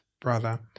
brother